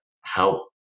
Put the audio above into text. help